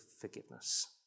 forgiveness